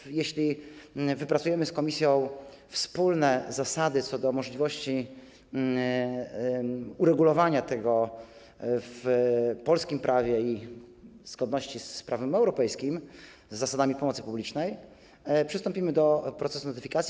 I jeśli wypracujemy z Komisją wspólne zasady co do możliwości uregulowania tego w polskim prawie i zgodności z prawem europejskim, z zasadami pomocy publicznej, przystąpimy do procesu notyfikacji.